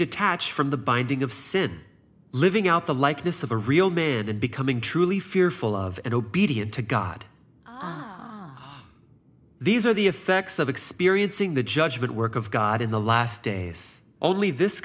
detach from the binding of sin living out the likeness of a real man and becoming truly fearful of and obedient to god these are the effects of experiencing the judgment work of god in the last days only this